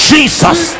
Jesus